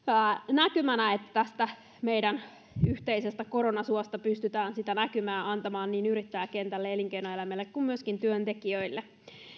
näkymänä että tästä meidän yhteisestä koronasuosta pystytään sitä näkymää antamaan niin yrittäjäkentälle elinkeinoelämälle kuin myöskin työntekijöille